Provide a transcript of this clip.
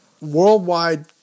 worldwide